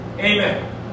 Amen